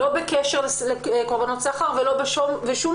לא בקשר לקורבנות סחר ולא בשום